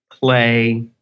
play